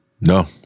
no